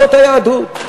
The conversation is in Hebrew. זאת היהדות.